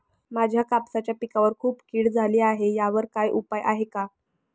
माझ्या कापसाच्या पिकावर खूप कीड झाली आहे यावर काय उपाय आहे का?